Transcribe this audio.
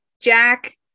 Jack